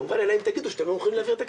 אלא אם תגידו שאתם לא מוכנים להעביר את הכסף.